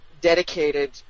dedicated